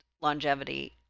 longevity